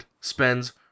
spends